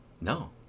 No